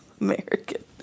American